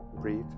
Breathe